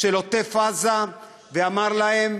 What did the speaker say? של עוטף-עזה ואמר להם: